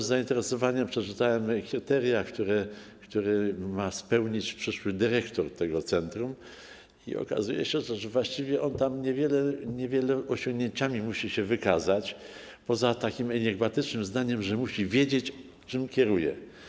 Z zainteresowaniem przeczytałem kryteria, które ma spełnić przyszły dyrektor tego centrum, i okazuje się, że właściwie on niewielkimi osiągnięciami musi się wykazać, poza takim enigmatycznym zdaniem, że musi wiedzieć, czym kieruje.